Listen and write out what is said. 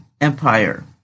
Empire